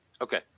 okay